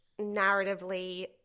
narratively